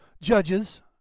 judges